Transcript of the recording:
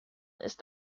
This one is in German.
ist